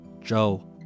Joe